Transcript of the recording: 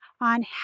on